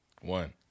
One